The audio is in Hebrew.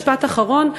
משפט אחרון.